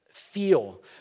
Feel